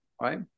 right